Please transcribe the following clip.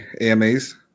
AMAs